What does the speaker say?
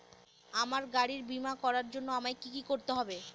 আমার গাড়ির বীমা করার জন্য আমায় কি কী করতে হবে?